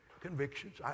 convictions